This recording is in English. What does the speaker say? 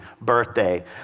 birthday